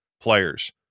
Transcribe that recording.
players